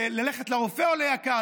ללכת לרופא יקר,